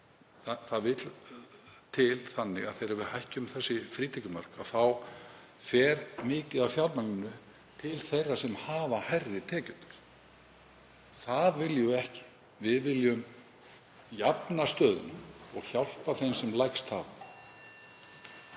Það vill svo til að þegar við hækkum frítekjumörk þá fer mikið af fjármagninu til þeirra sem hafa hærri tekjur. Það viljum við ekki. Við viljum jafna stöðuna og hjálpa þeim sem minnst hafa.